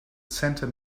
center